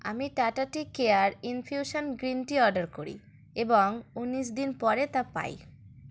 আমি Tata tea care infusion green tea order করি এবং উনিশ দিন পরে তা পাই